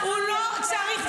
הוא לא צריך.